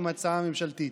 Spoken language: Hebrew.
עם ההצעה הממשלתית.